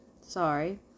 sorry